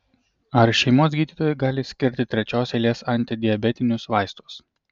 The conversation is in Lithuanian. ar šeimos gydytojai gali skirti trečios eilės antidiabetinius vaistus